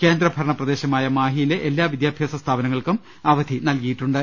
കേന്ദ്രഭരണ പ്രദേശമായ മാഹി യിലെ എല്ലാ വിദ്യാഭ്യാസ സ്ഥാപനങ്ങൾക്കും അവധി പ്രഖ്യാപിച്ചിട്ടുണ്ട്